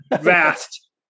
vast